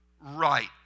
right